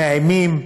מאיימים,